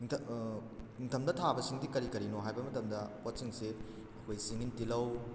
ꯅꯤꯡꯊꯝꯗ ꯊꯥꯕꯁꯤꯡꯗꯤ ꯀꯔꯤ ꯀꯔꯤꯅꯣ ꯍꯥꯏꯕ ꯃꯇꯝꯗ ꯄꯣꯠꯁꯤꯡꯁꯦ ꯑꯩꯈꯣꯏ ꯆꯤꯡꯏꯟ ꯇꯤꯜꯍꯧ